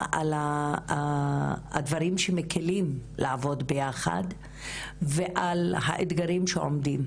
על הדברים שמקלים לעבוד ביחד ועל האתגרים שעומדים,